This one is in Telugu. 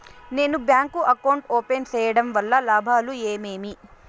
నేను బ్యాంకు అకౌంట్ ఓపెన్ సేయడం వల్ల లాభాలు ఏమేమి?